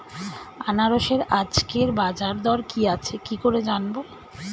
আনারসের আজকের বাজার দর কি আছে কি করে জানবো?